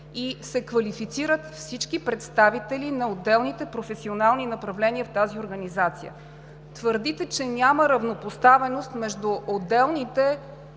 и се квалифицират всички представители на отделните професионални направления в тази организация. Твърдите, че няма равнопоставеност между отделните,